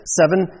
seven